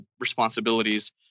responsibilities